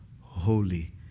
holy